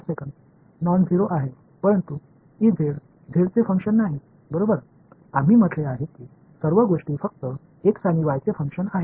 மாணவர் நான்ஐீரோ ஆனால் என்பது z இன் செயல்பாடு அல்ல எல்லாவற்றையும் x மற்றும் y செயல்பாடுகள் என்று நாங்கள் கூறினோம்